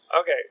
Okay